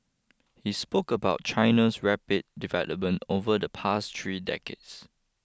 he spoke about China's rapid development over the past three decades